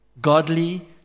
Godly